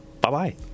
Bye-bye